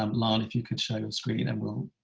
um larne if you could share your screen and we'll